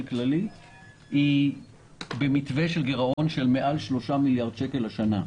כללית היא במתווה של גירעון של מעל 3 מיליארד שקל השנה.